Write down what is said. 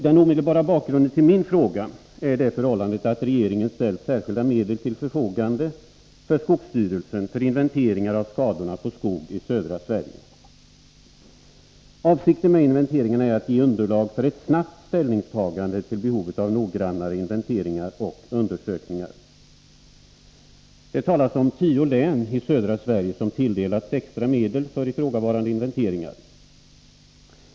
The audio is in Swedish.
Den omedelbara bakgrunden till min fråga är det förhållandet att regeringen ställt särskilda medel till skogsstyrelsens förfogande för inventeringar av skadorna på skog i södra Sverige. Avsikten med inventeringarna är att ge underlag för ett snabbt ställningstagande till behovet av noggrannare inventeringar och undersökningar. Det talas om tio län i södra Sverige som tilldelas extra medel för ifrågavarande inventeringar.